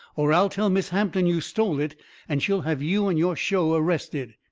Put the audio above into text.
or i'll tell miss hampton you stole it and she'll have you and your show arrested.